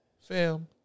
Fam